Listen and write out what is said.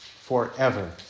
forever